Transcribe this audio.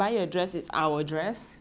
because communism right